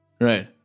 Right